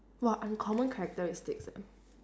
!wah! uncommon characteristics ah